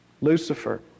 Lucifer